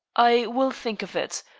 i will think of it.